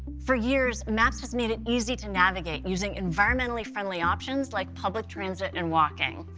for years, maps has made it easy to navigate using environmentally-friendly options like public transit and walking.